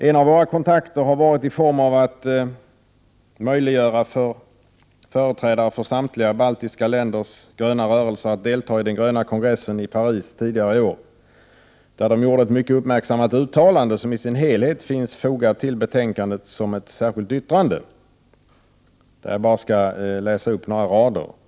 En av våra kontakter har att möjliggöra för företrädare för samtliga baltiska länders gröna rörelser att delta i den gröna kongressen i Paris tidigare i år, där de gjorde ett mycket uppmärksammat uttalande, som i sin helhet finns fogat till betänkandet såsom ett särskilt yttrande. Jag skall läsa upp några rader ur detta.